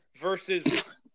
versus